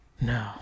no